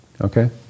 okay